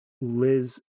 Liz